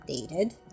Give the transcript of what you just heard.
updated